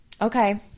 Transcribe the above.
okay